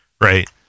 Right